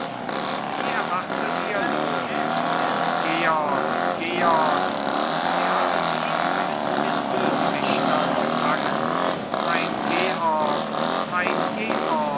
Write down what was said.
sie erwartet ihr lohn o georg georg sie haben ihn mit den bösewichtern gefangen mein georg mein